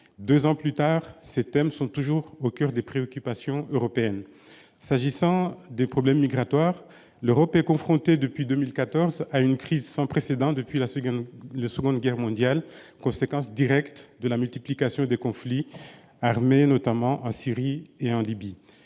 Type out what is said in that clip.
Deux ans plus tard, ces thèmes sont toujours au coeur des préoccupations européennes. S'agissant des problèmes migratoires, l'Europe est confrontée depuis 2014 à une crise sans précédent depuis la Seconde Guerre mondiale, conséquence directe de la multiplication des conflits armés, notamment en Syrie et en Libye.